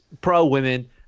pro-women